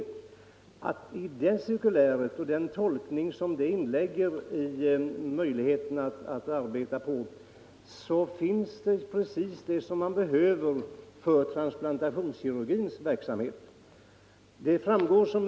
Enligt det cirkuläret finns precis vad man behöver för transplantationskirurgins verksamhet.